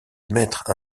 mettre